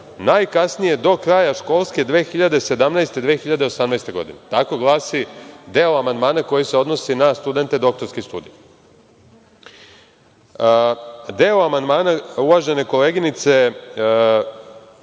najkasnije do kraja školske 2017/2018. godine. Tako glasi deo amandmana koji se odnosi na studente doktorskih studija. Deo amandmana uvažene koleginice